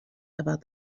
about